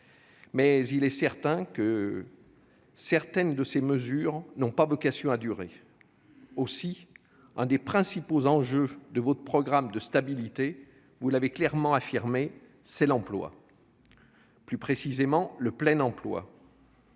Il est sûr néanmoins que certaines de ces mesures n'ont pas vocation à durer. Aussi, l'un des principaux enjeux de votre programme de stabilité, vous l'avez clairement affirmé, est l'emploi- plus précisément, le plein emploi.